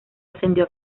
ascendido